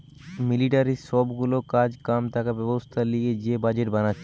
মিলিটারির সব গুলা কাজ কাম থাকা ব্যবস্থা লিয়ে যে বাজেট বানাচ্ছে